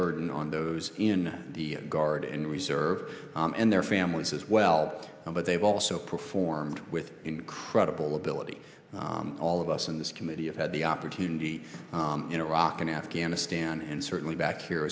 burden on those in the guard and reserve and their families as well but they've also performed with incredible ability all of us in this committee of had the opportunity in iraq and afghanistan and certainly back here